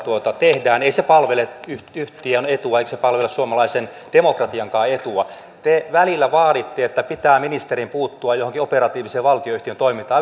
tehdään ei palvele yhtiön yhtiön etua eikä se palvele suomalaisen demokratiankaan etua te välillä vaaditte että ministerin pitää puuttua johonkin operatiiviseen valtionyhtiön toimintaan aivan